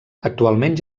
actualment